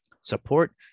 Support